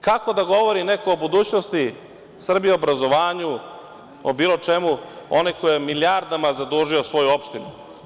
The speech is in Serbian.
Kako da govori neko o budućnosti Srbije, obrazovanju, o bilo čemu, onaj koji je milijardama zadužio svoju opštinu.